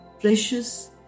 precious